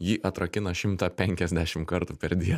jį atrakina šimtą penkiasdešimt kartų per dieną